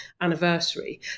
anniversary